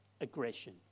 Aggression